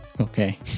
okay